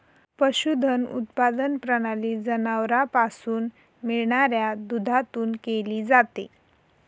पशुधन उत्पादन प्रणाली जनावरांपासून मिळणाऱ्या दुधातून केली जाते